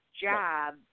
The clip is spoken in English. job